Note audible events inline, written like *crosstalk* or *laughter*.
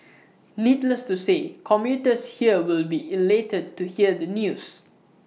*noise* needless to say commuters here will be elated to hear the news